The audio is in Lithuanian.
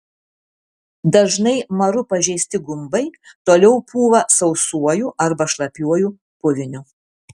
dažnai maru pažeisti gumbai toliau pūva sausuoju arba šlapiuoju puviniu